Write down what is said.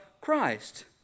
Christ